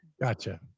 gotcha